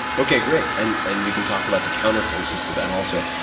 okay. great. and and we can talk about the counter-forces to that also.